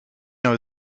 know